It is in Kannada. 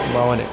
ಭಾವನೆ